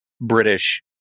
British